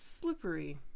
Slippery